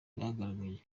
bagaragarije